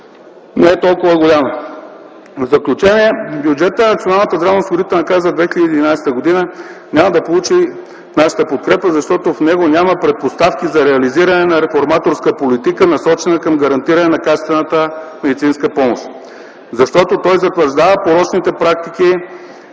не е толкова голяма. В заключение, бюджетът на Националната здравноосигурителна каса за 2011 г. няма да получи нашата подкрепа, защото в него няма предпоставки за реализиране на реформаторска политика, насочена към гарантиране на качествената медицинска помощ; защото той затвърждава порочните практики